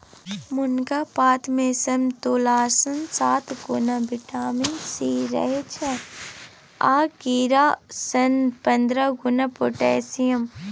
मुनगा पातमे समतोलासँ सात गुणा बिटामिन सी रहय छै आ केरा सँ पंद्रह गुणा पोटेशियम